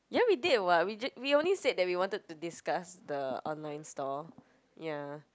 ya we did [what] we ju~ we only said that we wanted to discuss the online store ya